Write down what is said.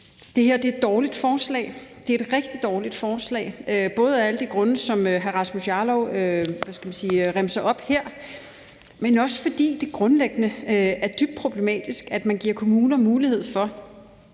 den helt rent igen her. Det her er et rigtig dårligt forslag, både af alle de grunde, som hr. Rasmus Jarlov remser op her, men også fordi det grundlæggende er dybt problematisk, at man giver kommuner mulighed for